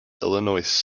illinois